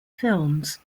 films